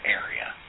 area